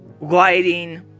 lighting